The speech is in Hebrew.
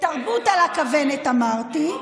בתרבות על הכוונת אמרתי.